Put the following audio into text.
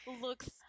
looks